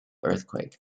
earthquake